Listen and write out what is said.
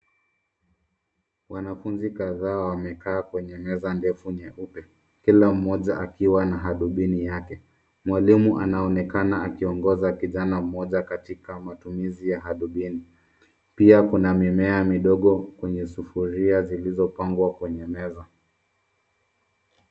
Wanafunzi kadhaa wamekaa kwenye meza ndefu nyeupe. Kila mmoja akiwa na hadubini yake. Mwalimu anaonekana akiongoza kijana mmoja katika matumizi ya hadubini. Pia kuna mimea midogo kwenye sufuria zilizopangwa kwenye meza.